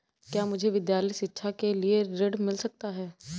क्या मुझे विद्यालय शिक्षा के लिए ऋण मिल सकता है?